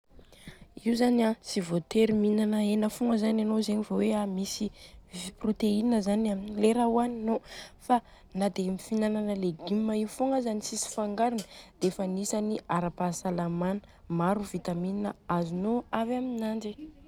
Io zany an tsy voatery mihinana hena fogna zany anô, zegny vô hoe a misy prôtehinina aminy le raha hoaninô. Fa na dia fihinana légume io fogna aza tsisy fangarony dia efa agnisany ara-pahasalamana, maro vitamine azonô avy aminanjy.